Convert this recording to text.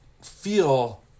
feel